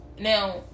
Now